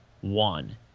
one